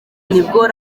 nibwo